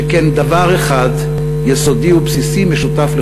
שכן דבר אחד יסודי ובסיסי משותף לכולנו: